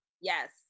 Yes